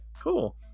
cool